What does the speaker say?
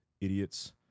idiots